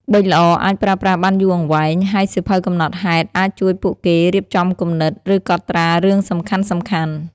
ប៊ិចល្អអាចប្រើប្រាស់បានយូរអង្វែង ហើយសៀវភៅកំណត់ហេតុអាចជួយពួកគេរៀបចំគំនិត ឬកត់ត្រារឿងសំខាន់ៗ។